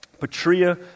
patria